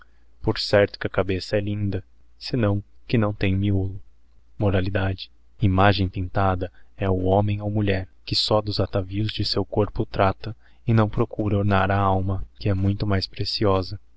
for certo que a cabeça he linda senão que não tem miolo imagem pintada he o homem ou mulher que só dos atavios de seu corpo trata e não procura ornar a alma que he muito mais preciosa